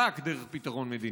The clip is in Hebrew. רק דרך פתרון מדיני.